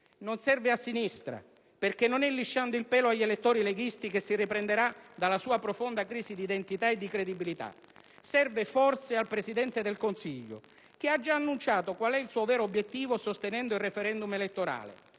non serve a sinistra, perché non è lisciando il pelo agli elettori leghisti che si riprenderà dalla sua profonda crisi di identità e di credibilità. Serve forse al Presidente del Consiglio, che ha già annunciato qual è il suo vero obiettivo, sostenendo il *referendum* elettorale: